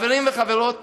חברים וחברות,